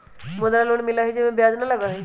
मुद्रा लोन मिलहई जे में ब्याज न लगहई?